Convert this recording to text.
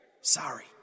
Sorry